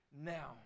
now